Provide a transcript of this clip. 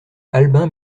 albin